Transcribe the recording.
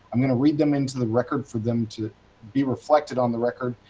um going to read them into the record for them to be reflected on the record,